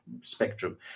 spectrum